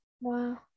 wow